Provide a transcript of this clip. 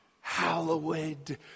hallowed